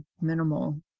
minimal